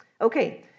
Okay